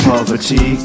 Poverty